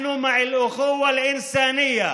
שועראא אל-מלכ,